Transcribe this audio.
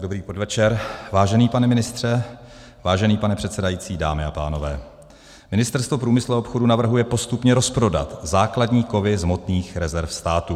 Dobrý podvečer, vážený pane ministře, vážený pane předsedající, dámy a pánové, Ministerstvo průmyslu a obchodu navrhuje postupně rozprodat základní kovy z hmotných rezerv státu.